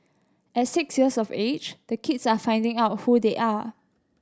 at six years of age the kids are finding out who they are